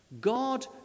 God